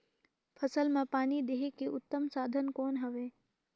फसल मां पानी देहे के उत्तम साधन कौन हवे?